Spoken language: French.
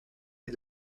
est